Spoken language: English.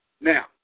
Now